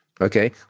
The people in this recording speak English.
okay